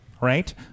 right